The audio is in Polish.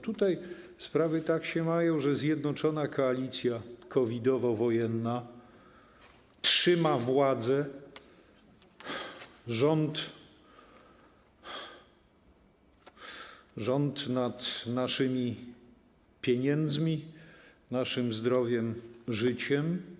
Tutaj sprawy tak się mają, że zjednoczona koalicja COVID-owo-wojenna trzyma władzę, rząd nad naszymi pieniędzmi, naszym zdrowiem, życiem.